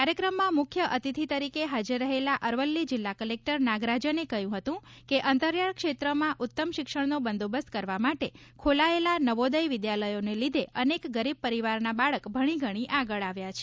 કાર્યક્રમમાં મુખ્ય અતિથિ તરીકે હાજર રહેલા અરવલ્લી જિલ્લા કલેક્ટર નાગરાજને કહ્યું હતું કે અંતરિયાળ ક્ષેત્રમાં ઉત્તમ શિક્ષણનો બંદોબસ્ત કરવા માટે ખોલાયેલા નવોદય વિદ્યાલયોને લીધે અનેક ગરીબ પરિવારના બાળક ભણીગણી આગળ આવ્યા છે